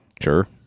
Sure